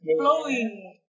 flowing